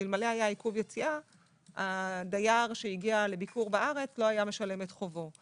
ואלמלא היה עיכוב יציאה הדייר שהגיע לביקור בארץ לא היה משלם את חובו.